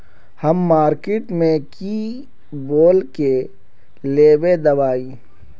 हम मार्किट में की बोल के लेबे दवाई?